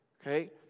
Okay